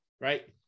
Right